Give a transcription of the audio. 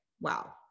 wow